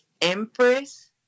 Empress